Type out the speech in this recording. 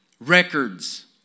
records